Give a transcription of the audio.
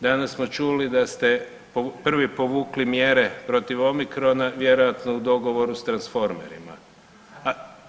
Danas smo čuli da ste prvi povukli mjere protiv Omicorna vjerojatno u dogovoru s transformerima.